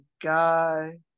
guy